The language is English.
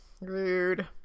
rude